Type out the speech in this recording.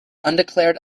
undeclared